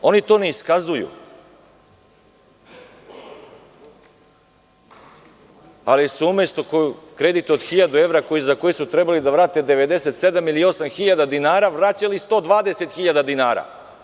Oni to ne iskazuju, ali su umesto kredit od 1.000 evra za koji su trebali da vrate 97.000 ili 98.000 dinara vraćali 120.000 dinara.